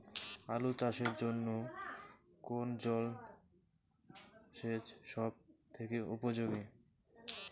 আলু চাষের জন্য কোন জল সেচ সব থেকে উপযোগী?